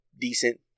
decent